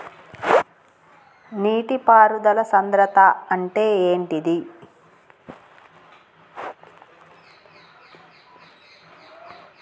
నీటి పారుదల సంద్రతా అంటే ఏంటిది?